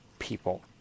people